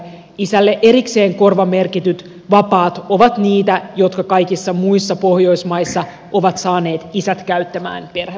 isälle erikseen korvamerkityt vapaat ovat niitä jotka kaikissa muissa pohjoismaissa ovat saaneet isät käyttämään perhevapaita